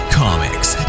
comics